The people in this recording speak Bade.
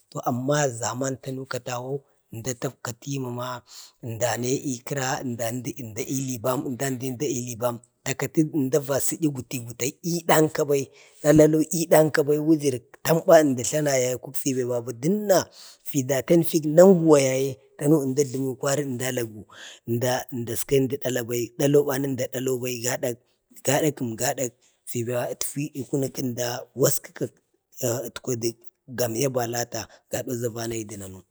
toh amma ʒaman tanu katawo əmda kati mana əmda ane kəra, anda ənd ilibam, ənda ili bam, ta kati basi gutegule, i danka bai, dalani i danka bai, wujurak tamba əmda tlana gi vaiki fi bai, fik daten fik nanguwa yaye tanu əmda ajləmu kwari. əmda alagu, ənda aska əmdi dalabai lalau bani əmda dalau bai, gada kəm gada fiba ətfi kunuk əmda da waskəkə ətkwa dək gam'ya balata. gadau ʒa va naidu nanu.